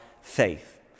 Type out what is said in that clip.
Faith